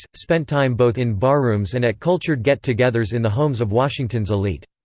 spent time both in barrooms and at cultured get-togethers in the homes of washington's elite.